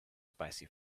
spicy